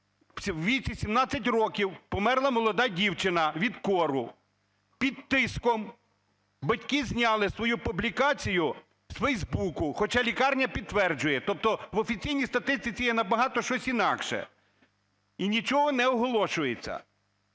у віці 17 років померла молода дівчина від кору. Під тиском батьки зняли свою публікацію з Фейсбуку. Хоча лікарня підтверджує. Тобто в офіційній статистиці є набагато щось інакше. І нічого не оголошується.